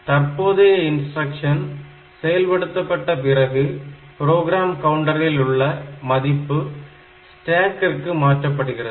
தற்போதைய இன்ஸ்டிரக்ஷன் செயல்படுத்தப்பட்ட பிறகு ப்ரோக்ராம் கவுண்டரில் உள்ள மதிப்பு ஸ்டேக்கிற்க்கு மாற்றப்படுகிறது